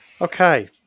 Okay